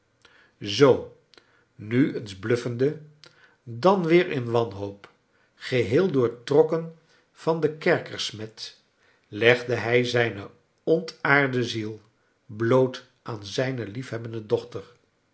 zoo nu eens bluffende dan weer in wanhoop geheel doortrokken van de kerkersmet legde hij zijne ontaarde ziel bloot aan zijne lieihebbende dochter